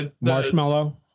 marshmallow